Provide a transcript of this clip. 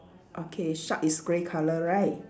okay shark is grey colour right